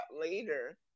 later